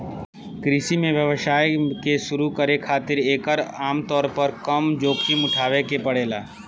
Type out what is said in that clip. कृषि में व्यवसाय के शुरू करे खातिर एकर आमतौर पर कम जोखिम उठावे के पड़ेला